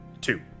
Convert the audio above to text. two